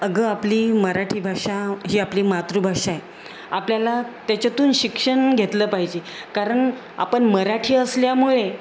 अगं आपली मराठी भाषा ही आपली मातृभाषा आहे आपल्याला त्याच्यातून शिक्षण घेतलं पाहिजे कारण आपण मराठी असल्यामुळे